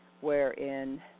wherein